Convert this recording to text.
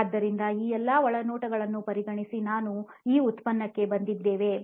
ಆದ್ದರಿಂದ ಈ ಎಲ್ಲಾ ಒಳನೋಟಗಳನ್ನು ಪರಿಗಣಿಸಿ ನಾವು ಈ ಉತ್ಪನ್ನಕ್ಕೆ ಬಂದಿದ್ದೇವೆ